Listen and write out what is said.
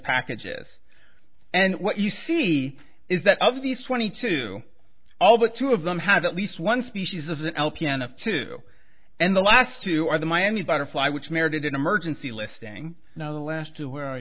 packages and what you see is that of these twenty two all but two of them have at least one species is an lpn of two and the last two are the miami butterfly which merited an emergency listing the last two where are